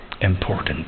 important